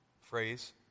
phrase